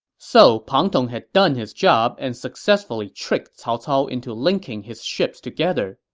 so pang tong has done his job and successfully tricked cao cao into linking his ships together.